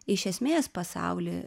iš esmės pasauly